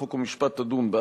חוק ומשפט תדון: א.